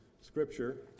scripture